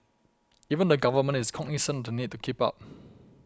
even the government is cognisant of the need to keep up